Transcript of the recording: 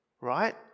Right